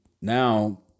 now